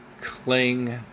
cling